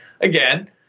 again